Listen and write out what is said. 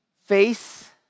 face